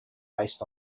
based